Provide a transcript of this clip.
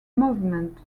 movement